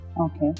Okay